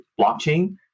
Blockchain